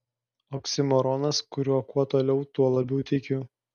oksimoronas kuriuo kuo toliau tuo labiau tikiu